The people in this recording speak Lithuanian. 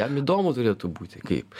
jam įdomu turėtų būti kaip